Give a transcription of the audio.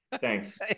Thanks